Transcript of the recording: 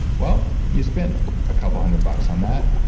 well, you spent a couple hundred bucks on that.